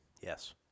Yes